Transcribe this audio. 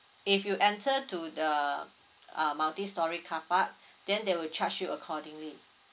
if you answer to the a multi storey car park then they will charge you accordingly